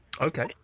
Okay